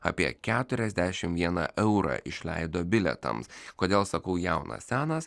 apie keturiasdešimt vieną eurą išleido bilietams kodėl sakau jaunas senas